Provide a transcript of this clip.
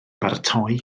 baratoi